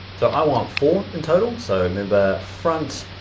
so i want four in total. so remember, front,